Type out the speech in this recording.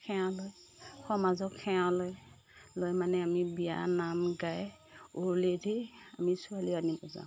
সেৱা ভাগ সমাজক সেৱা লয় লৈ মানে আমি বিয়ানাম গায় উৰুলি দি আমি ছোৱালী আনিব যাওঁ